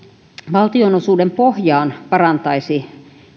valtionosuuden pohjaan parantaisi